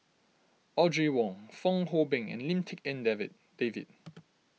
Audrey Wong Fong Hoe Beng and Lim Tik En Davi David